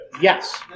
Yes